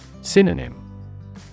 Synonym